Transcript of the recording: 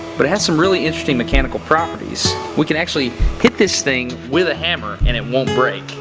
but it has some really interesting mechanical properties. we can actually hit this thing with a hammer and it won't break.